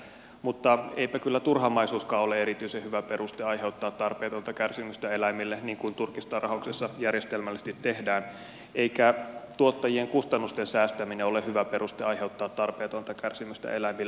mutta eipä kyllä turhamaisuuskaan ole erityisen hyvä peruste aiheuttaa tarpeetonta kärsimystä eläimille niin kuin turkistarhauksessa järjestelmällisesti tehdään eikä tuottajien kustannusten säästäminen ole hyvä peruste aiheuttaa tarpeetonta kärsimystä eläimille